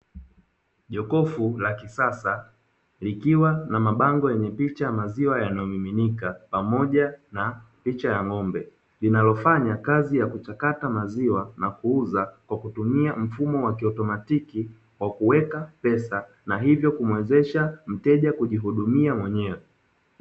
Jokofu la kisasa likiwa na mabango ya picha ya maziwa yanayomiminika pamoja na picha ya ng'ombe, lililofanya kazi ya kuchakata maziwa na kuuza kwa kutumia mfumo wa kiautomatiki kwa kuweza pesa, na hivyo kumuwezesha mteja kujihudumia mwenyewe.